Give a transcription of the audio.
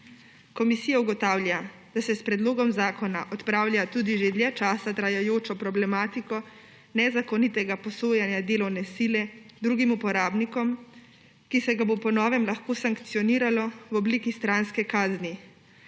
Komisija ugotavlja, da se s predlogom zakona odpravlja tudi že dlje časa trajajoča problematika nezakonitega posojanja delovne sile drugim uporabnikom, ki se bo po novem lahko sankcioniralo v obliki stranske kazni